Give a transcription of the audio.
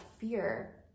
fear